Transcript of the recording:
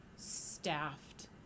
staffed